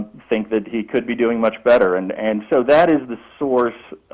think that he could be doing much better. and and so that is the source,